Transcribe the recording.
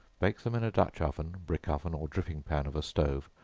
bake them in a dutch-oven, brick-oven, or dripping-pan of a stove,